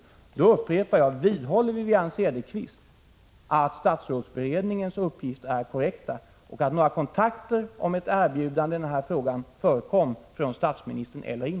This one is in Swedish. Jag upprepar: Vidhåller Wivi-Anne Cederqvist att statsrådsberedningens uppgifter är korrekta och att några kontakter inte förekom om ett erbjudande i den här frågan från statsministern?